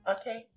Okay